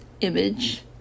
image